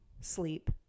sleep